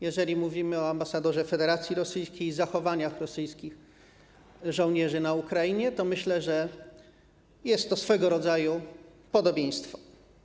Jeżeli mówimy o ambasadorze Federacji Rosyjskiej i o zachowaniu rosyjskich żołnierzy na Ukrainie, to myślę, że widać tu swego rodzaju podobieństwo.